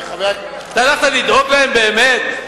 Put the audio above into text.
אתה הלכת לדאוג להם באמת?